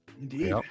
Indeed